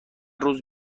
روز